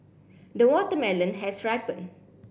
the watermelon has ripened